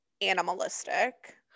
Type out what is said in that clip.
animalistic